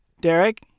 Derek